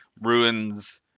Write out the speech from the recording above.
ruins